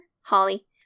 Holly